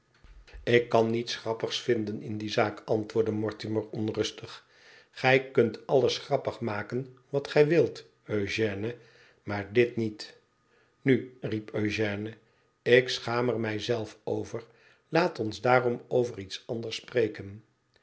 lik kan niets grappigs vinden in die zaak antwoordde mortimer onrustig gij kunt alles grappig maken wat gij wilt eugène maar dit niet inu riep eugène ik schaam er mij zelf over laat ons daarom over iets anders spreken